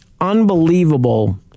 unbelievable